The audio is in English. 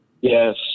yes